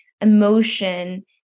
emotion